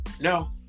No